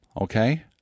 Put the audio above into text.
Okay